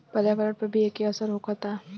पर्यावरण पर भी एके असर होखता